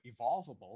evolvable